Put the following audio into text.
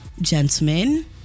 gentlemen